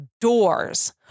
doors